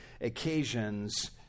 occasions